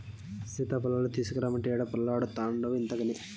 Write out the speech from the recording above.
సీతాఫలాలు తీసకరమ్మంటే ఈడ పొర్లాడతాన్డావు ఇంతగని